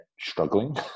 struggling